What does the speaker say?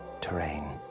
terrain